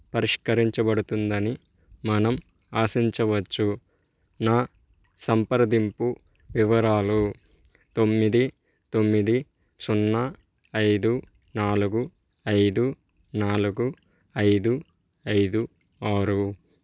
పరిష్కరించబడుతుందని మనం ఆశించవచ్చు నా సంప్రదింపు వివరాలు తొమ్మిది తొమ్మిది సున్నా ఐదు నాలుగు ఐదు నాలుగు ఐదు ఐదు ఆరు